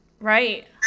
Right